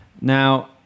Now